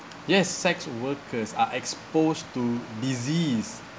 yes sex workers are exposed to disease